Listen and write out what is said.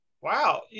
Wow